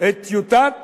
את טיוטת